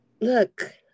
Look